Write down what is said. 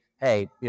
hey